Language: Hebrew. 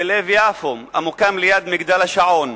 בלב יפו, ליד מגדל השעון.